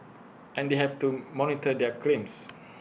and they have to monitor their claims